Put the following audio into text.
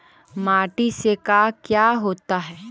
माटी से का क्या होता है?